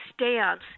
stance